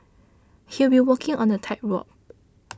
he will be walking on a tightrope